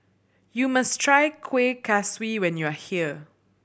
you must try Kuih Kaswi when you are here